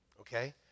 okay